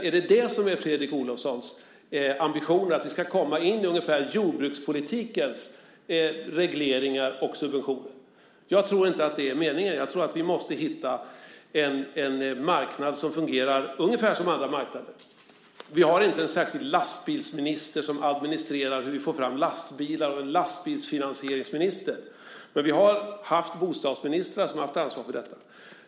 Är det Fredrik Olovssons ambition att vi ska få samma nivå på regleringar och subventioner som inom jordbrukspolitiken? Jag tror inte att det är meningen. Jag tror att vi måste hitta en marknad som fungerar ungefär som andra marknader. Vi har inte en särskild lastbilsminister som administrerar hur vi får fram lastbilar och en lastbilsfinansieringsminister, men vi har haft bostadsministrar som ansvarat för hur vi får fram bostäder.